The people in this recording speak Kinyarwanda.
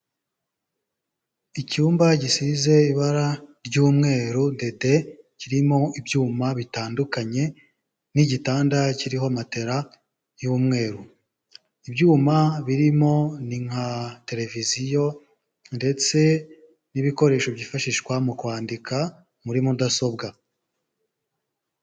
Icyumba gisize ibara ry'umweru dede, kirimo ibyuma bitandukanye n'igitanda kiriho matera y'umweru, ibyuma birimo ni nka televiziyo ndetse n'ibikoresho byifashishwa mu kwandika muri mudasobwa.